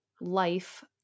life